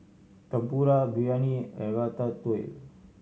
Tempura Biryani and Ratatouille